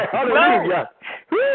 Hallelujah